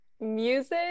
music